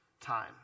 time